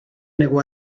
negó